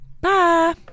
Bye